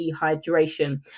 dehydration